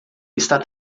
está